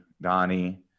Donnie